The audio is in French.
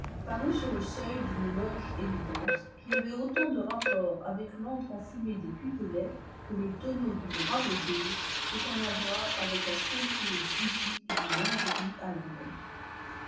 parut sur le seuil d'une loge élégante qui avait autant de rapport avec l'antre enfumé des pipelet que le tonneau d'une ravaudeuse peut en avoir avec la somptueuse boutique d'une lingerie à la mode